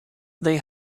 they